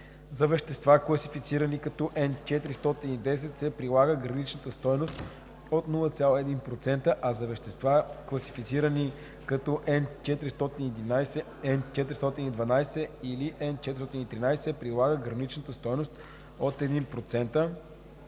За вещества, класифицирани като Н410, се прилага гранична стойност от 0,1%, а за вещества, класифицирани като Н411, Н412 или Н413, се прилага граничната стойност от 1%.